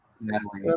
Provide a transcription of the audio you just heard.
Natalie